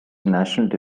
national